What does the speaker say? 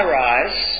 rise